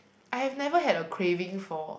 I have never had a craving for